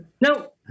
No